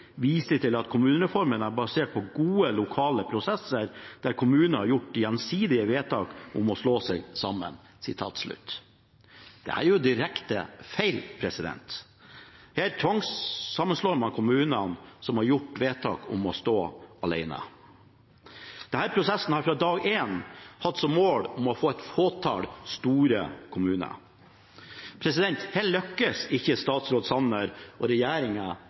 viser til at kommunereformen er basert på gode lokale prosesser, der kommunene har gjort gjensidige vedtak om å slå seg sammen.» Det er jo direkte feil. Her tvangssammenslår man kommuner som har gjort vedtak om å stå alene. Denne prosessen har fra dag én hatt som mål å få et fåtall store kommuner. Nå lykkes ikke statsråd Sanner og